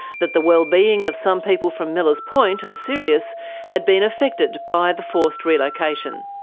that the wellbeing of some people from millers point and sirius had been affected by the forced relocation.